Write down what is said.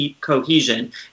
cohesion